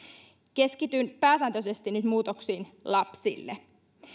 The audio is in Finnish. keskityn nyt pääsääntöisesti muutoksiin lapsille